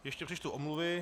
Ještě přečtu omluvy.